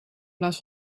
plaats